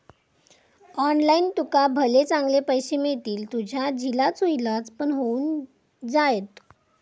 online तुका भले चांगले पैशे मिळतील, तुझ्या झिलाचो इलाज पण होऊन जायत